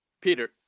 Peter